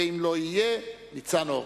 ניצן הורוביץ,